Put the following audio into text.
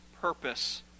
purpose